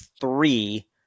three